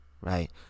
right